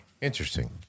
Interesting